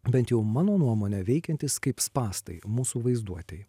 bent jau mano nuomone veikiantys kaip spąstai mūsų vaizduotei